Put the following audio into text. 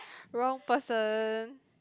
wrong person